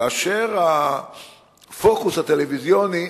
כאשר הפוקוס הטלוויזיוני,